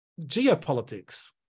geopolitics